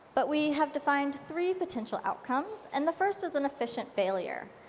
but we have defined three potential outcomes and the first is an official failure.